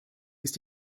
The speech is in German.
ist